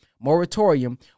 moratorium